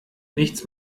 nichts